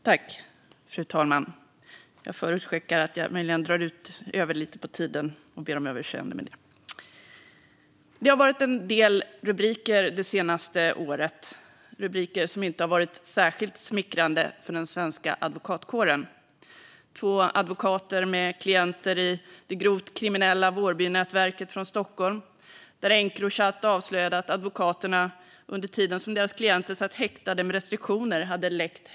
Fru talman! Jag förutskickar att jag möjligen drar över lite på talartiden och ber om överseende med det. Det har varit en del rubriker det senaste året - rubriker som inte har varit särskilt smickrande för den svenska advokatkåren. Genom Encrochat avslöjades att två advokater från Stockholm med klienter i det grovt kriminella Vårbynätverket hade läckt hemlig information under samma tid som deras klienter satt häktade med restriktioner.